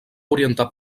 orientar